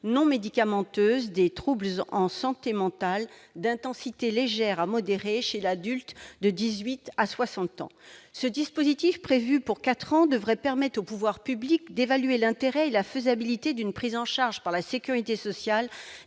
non médicamenteuses des troubles en santé mentale d'intensité légère à modérée chez l'adulte de 18 à 60 ans. Ce dispositif, prévu pour quatre ans, devrait permettre aux pouvoirs publics d'évaluer l'intérêt et la faisabilité d'une prise en charge par la sécurité sociale